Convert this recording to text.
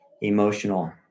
emotional